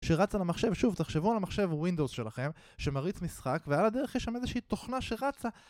שרץ על המחשב, שוב תחשבו על המחשב ווינדוס שלכם שמריץ משחק ועל הדרך יש שם איזושהי תוכנה שרצה